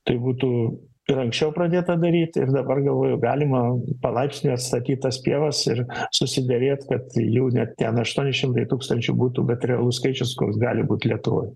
tai būtų ir anksčiau pradėta daryt ir dabar galvoju galima palaipsniui atstatyt tas pievas ir susiderėt kad jų ne ten aštuoni šimtai tūkstančių butų bet realus skaičius koks gali būt lietuvoj